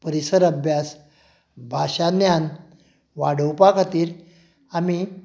परिसर अभ्यास भाशा ज्ञान वाडोवपा खातीर आमी